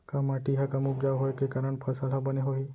का माटी हा कम उपजाऊ होये के कारण फसल हा बने होही?